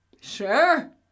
Sure